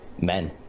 men